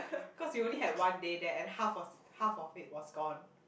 cause you only had one day then and half of half of it was gone